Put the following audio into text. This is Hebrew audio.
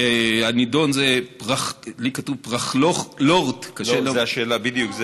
הנדון זה, לי כתוב: פרכלורט, לא, זו השאלה הבאה.